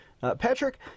Patrick